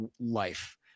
life